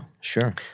sure